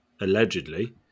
allegedly